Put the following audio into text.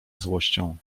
złością